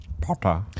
Potter